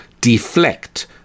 deflect